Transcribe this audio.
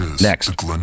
next